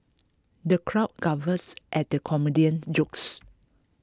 the crowd guffaws at the comedian's jokes